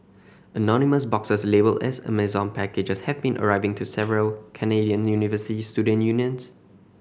anonymous boxes labelled as Amazon packages have been arriving to several Canadian university student unions